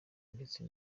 ndetse